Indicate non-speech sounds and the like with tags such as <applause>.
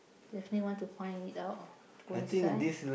definitely want to find it out to go inside <noise>